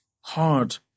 hard